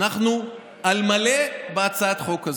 אנחנו על מלא בהצעת החוק הזאת.